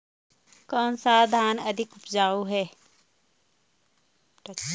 कौन सा धान अधिक उपजाऊ है?